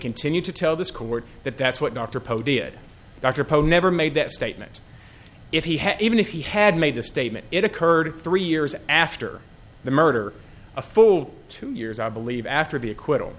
continue to tell this court that that's what dr podia doctor never made that statement if he had even if he had made the statement it occurred three years after the murder a full two years i believe after the acqui